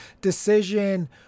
decision